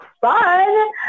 fun